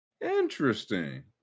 Interesting